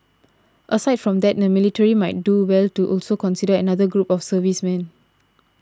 aside from that the military might do well to also consider another group of servicemen